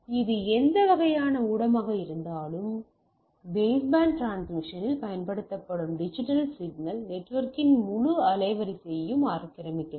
இது எந்த வகையான ஊடகமாக இருந்தாலும் பேஸ்பேண்ட் டிரான்ஸ்மிஷனில் பயன்படுத்தப்படும் டிஜிட்டல் சிக்னல் நெட்வொர்க்கின் முழு அலைவரிசையையும் ஆக்கிரமிக்கிறது